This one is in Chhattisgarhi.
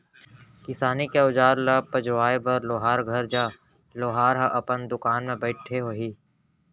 किसानी के अउजार ल पजवाए बर लोहार घर जा, लोहार ह अपने दुकान म बइठे होही